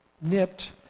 nipped